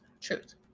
Truth